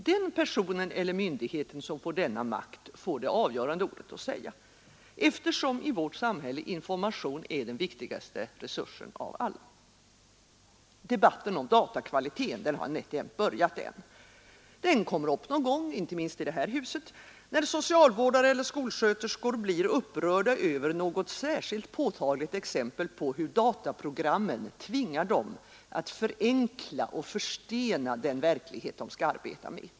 Den person eller myndighet som ges denna makt får det avgörande ordet att säga, eftersom i vårt samhälle samhällsinformation är den viktigaste resursen av alla. Debatten om datakvaliteten har nätt och jämnt börjat än. Den kommer upp någon gång, inte minst i det här huset, när socialvårdare eller skolsköterskor blir upprörda över något särskilt påtagligt exempel på hur dataprogrammen tvingar dem att förenkla och förstena den verklighet de skall arbeta med.